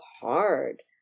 hard